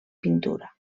pintura